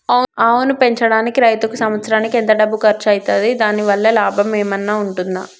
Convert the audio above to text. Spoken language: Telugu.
ఆవును పెంచడానికి రైతుకు సంవత్సరానికి ఎంత డబ్బు ఖర్చు అయితది? దాని వల్ల లాభం ఏమన్నా ఉంటుందా?